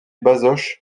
bazoches